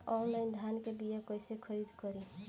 Online धान के बीया कइसे खरीद करी?